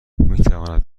میتواند